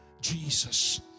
Jesus